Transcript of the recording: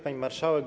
Pani Marszałek!